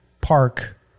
Park